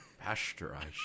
Pasteurized